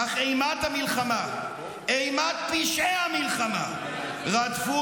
-- אך אימת המלחמה ואימת פשעי המלחמה רדפו